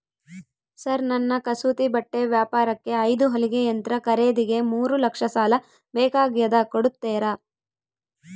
Sir ನನ್ನ ಕಸೂತಿ ಬಟ್ಟೆ ವ್ಯಾಪಾರಕ್ಕೆ ಐದು ಹೊಲಿಗೆ ಯಂತ್ರ ಖರೇದಿಗೆ ಮೂರು ಲಕ್ಷ ಸಾಲ ಬೇಕಾಗ್ಯದ ಕೊಡುತ್ತೇರಾ?